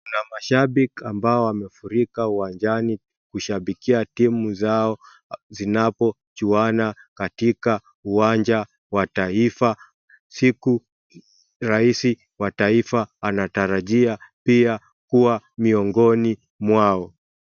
Kuna mashabiki ambao wamefurika uwanjani kushabikia timu zao zinapochuana katika uwanja wa taifa siku rais wa taifa anatarajia kuwa miongoni mwao.